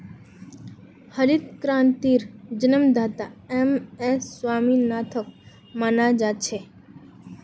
हरित क्रांतिर जन्मदाता एम.एस स्वामीनाथनक माना जा छे